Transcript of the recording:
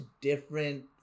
different